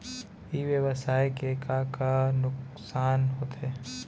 ई व्यवसाय के का का नुक़सान होथे?